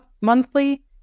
monthly